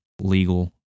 legal